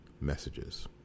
messages